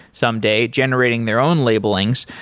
someday generating their own labelings,